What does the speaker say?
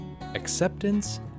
acceptance